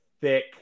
thick